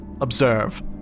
observe